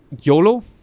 YOLO